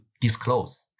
disclose